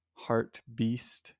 Heartbeast